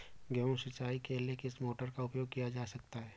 गेहूँ सिंचाई के लिए किस मोटर का उपयोग किया जा सकता है?